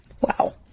Wow